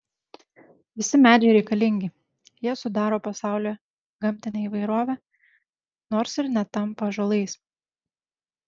visi medžiai reikalingi jie sudaro pasaulio gamtinę įvairovę nors ir netampa ąžuolais